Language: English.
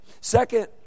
Second